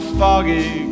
foggy